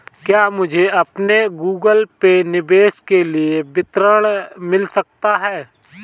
क्या मुझे अपने गूगल पे निवेश के लिए विवरण मिल सकता है?